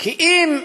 כי אם,